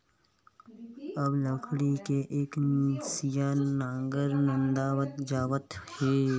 अब लकड़ी के एकनसिया नांगर नंदावत जावत हे